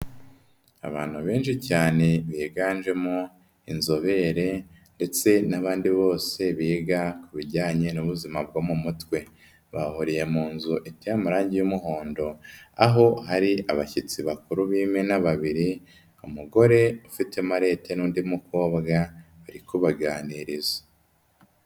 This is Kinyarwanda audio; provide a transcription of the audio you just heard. Abantu benshi cyane biganjemo inzobere ndetse n'abandi bose biga ku bijyanye n'ubuzima bwo mu mutwe. Bahuriye mu nzu iteye amarangi y'umuhondo, aho hari abashyitsi bakuru b'imena babiri, umugore ufite imarete n'undi mukobwa bari kubaganiriza.